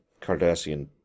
Cardassian